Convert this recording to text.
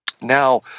now